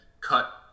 cut